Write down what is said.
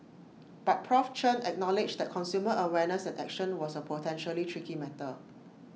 but Prof Chen acknowledged that consumer awareness and action was A potentially tricky matter